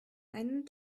einen